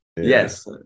Yes